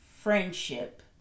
friendship